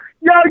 yo